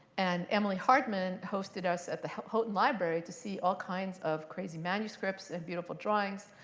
and emily hartman hosted us at the houghton library to see all kinds of crazy manuscripts and beautiful drawings.